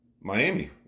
Miami